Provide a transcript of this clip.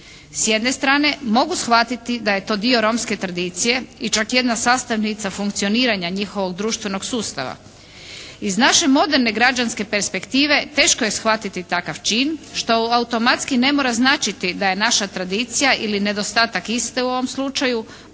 S jedne strane mogu shvatiti da je to dio romske tradicije i čak jedna sastavnica funkcioniranja njihovog društvenog sustava. Iz naše moderne građanske perspektive često je shvatiti takav čin što automatski ne mora značiti da je naša tradicija ili nedostatak iste u ovom slučaju